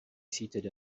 seated